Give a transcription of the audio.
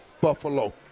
Buffalo